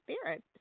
spirit